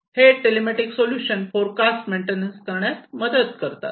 हे telematic solutions forecast maintenance करण्यास मदत करू शकतात